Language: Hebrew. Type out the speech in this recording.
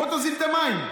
בוא תוזיל את המים.